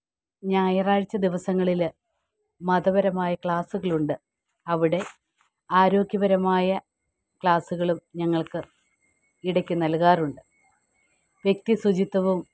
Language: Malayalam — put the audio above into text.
ഞായറാഴ്ച്ച ദിവസങ്ങളിൽ മതപരമായ ക്ലാസ്സുകൾ ഉണ്ട് അവിടെ ആരോഗ്യപരമായ ക്ലാസുകളും ഞങ്ങൾക്ക് ഇടയ്ക്ക് നൽകാറുണ്ട് വ്യക്തി ശുചിത്വവും